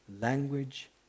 language